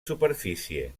superfície